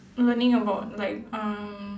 learning about like um